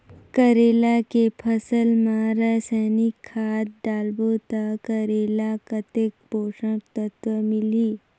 करेला के फसल मा रसायनिक खाद डालबो ता करेला कतेक पोषक तत्व मिलही?